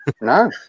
No